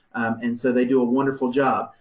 and so they do a wonderful job.